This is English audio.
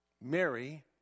Mary